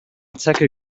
zecke